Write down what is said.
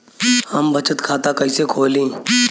हम बचत खाता कइसे खोलीं?